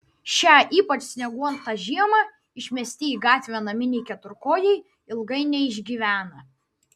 šią ypač snieguotą žiemą išmesti į gatvę naminiai keturkojai ilgai neišgyvena